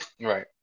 Right